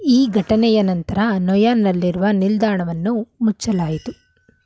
ಈ ಘಟನೆಯ ನಂತರ ನೊಯಾನ್ನಲ್ಲಿರುವ ನಿಲ್ದಾಣವನ್ನು ಮುಚ್ಚಲಾಯಿತು